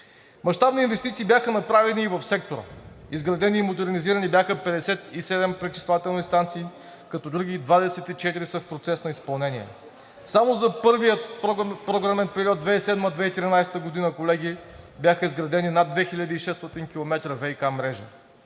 Мащабни инвестиции бяха направени и в сектора. Изградени и модернизирани бяха 57 пречиствателни станции, като други 24 са в процес на изпълнение. Само за първия програмен период 2007 – 2013 г., колеги, бяха изградени над 2600 км ВиК мрежа,